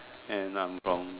and I'm from